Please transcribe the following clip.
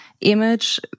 image